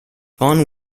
vaughan